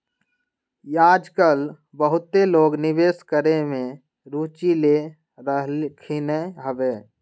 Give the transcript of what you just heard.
याजकाल बहुते लोग निवेश करेमे में रुचि ले रहलखिन्ह हबे